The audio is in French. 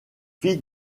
fit